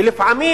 ולפעמים